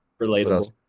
Relatable